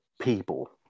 people